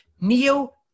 neo